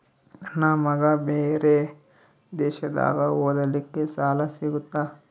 ನನ್ನ ಮಗ ಬೇರೆ ದೇಶದಾಗ ಓದಲಿಕ್ಕೆ ಸಾಲ ಸಿಗುತ್ತಾ?